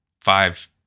five